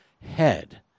head